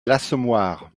l’assommoir